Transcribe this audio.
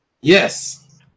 yes